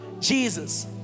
Jesus